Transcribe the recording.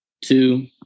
Two